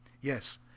Yes